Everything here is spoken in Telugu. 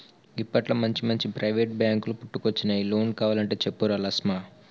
గిప్పట్ల మంచిమంచి ప్రైవేటు బాంకులు పుట్టుకొచ్చినయ్, లోన్ కావలంటే చెప్పురా లస్మా